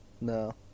No